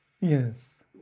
Yes